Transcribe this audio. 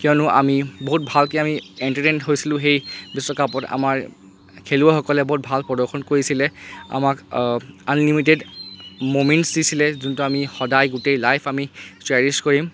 কিয়নো আমি বহুত ভালকৈ আমি এণ্টাৰটেইন হৈছিলোঁ সেই বিশ্বকাপত আমাৰ খেলুৱৈসকলে বহুত ভাল প্ৰদৰ্শন কৰিছিলে আমাক আনলিমিটেড ম'মেণ্টছ দিছিলে যোনটো আমি সদায় গোটেই লাইফ আমি চেৰিশ্ৱ কৰিম